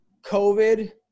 covid